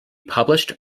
published